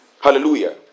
Hallelujah